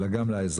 אלא גם לאזרח.